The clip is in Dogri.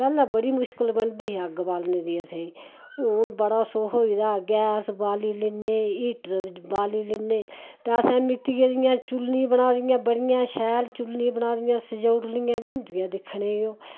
पैहलें बड़ी मुश्कल बनदी ही अग्ग बालने दी असेंगी हून बड़ा सुख होई दा गैस बालनी हीटर बाल्ली लैन्ने ते अस इयां मित्ती दियां चुल्ली बनाई दियां बड़िया शैल चुल्ली बनाई दियां सजाई दियां बी होंदियां दिक्खने गी ओह्